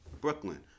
Brooklyn